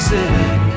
City